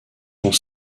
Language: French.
sont